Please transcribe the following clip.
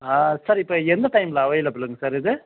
sir இப்போ எந்த டைமில் அவைலபுளுங்க சார் இது